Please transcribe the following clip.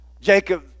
Jacob